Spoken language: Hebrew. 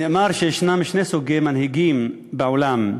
נאמר שיש שני סוגי מנהיגים בעולם,